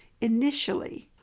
initially